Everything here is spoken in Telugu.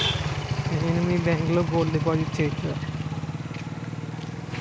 నేను మీ బ్యాంకులో గోల్డ్ డిపాజిట్ చేయవచ్చా?